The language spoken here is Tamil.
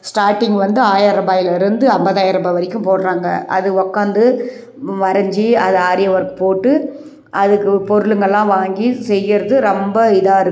ஸ்டார்ட்டிங் வந்து ஆயிர ரூபாயில் இருந்து ஐம்பதாயிரம் ரூபாய் வரைக்கும் போடுறாங்க அது உக்காந்து வரைஞ்சி அதை ஆரி ஒர்க் போட்டு அதுக்கு பொருளுங்களெல்லாம் வாங்கி செய்கிறது ரொம்ப இதாக இருக்குது